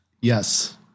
Yes